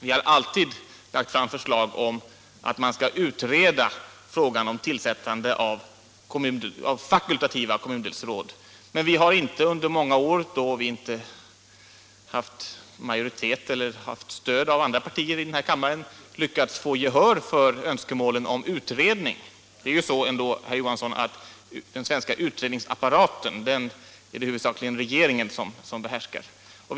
Vi har lagt fram förslag om fakultativa kommundelsråd, men vi har inte lyckats få gehör för önskemålen om utredning. Det är ju ändå så, herr Johansson i Trollhättan, att det huvudsakligen är regeringen som behärskar den svenska utredningsapparaten.